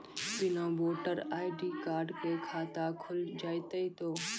बिना voter ID card के खाता खुल जैते तो?